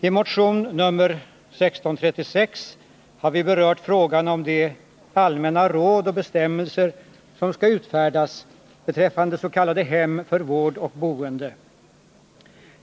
I motion 1980/81:1636 har vi berört frågan om de allmänna råd och bestämmelser som skall utfärdas beträffande s.k. hem för vård och boende.